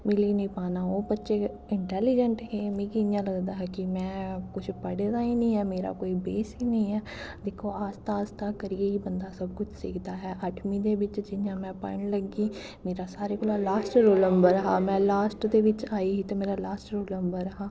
मिली निं पाना ओह् बच्चे इंटैलिजैंट हे मिगी इ'यां लगदा हा कि में कुछ पढ़े दा गै निं ऐ मेरी कोई बेस गै निं ऐ दिक्खो आस्ता आस्ता करियै ही बंदा सब कुछ सिखदा ऐ अठमीं दे बिच्च जियां में पढ़न लग्गी मेरा सारें कोला लास्ट रोल नंबर हा में लास्ट दे बिच्च आई ही ते मेरा लास्ट रोल नंबर हा